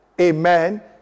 Amen